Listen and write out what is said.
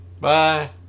Bye